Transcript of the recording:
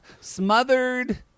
smothered